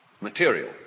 material